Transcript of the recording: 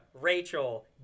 Rachel